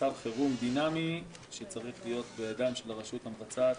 במצב חרום דינאמי שצריך להיות בידיים של הרשות המבצעת.